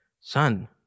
son